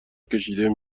کشیده